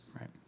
right